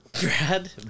brad